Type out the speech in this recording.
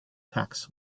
tariff